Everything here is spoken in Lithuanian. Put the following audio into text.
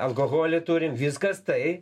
alkoholį turim viskas tai